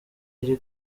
iri